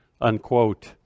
unquote